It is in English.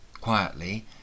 Quietly